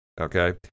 Okay